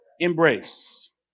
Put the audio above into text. Embrace